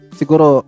siguro